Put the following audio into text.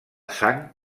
sang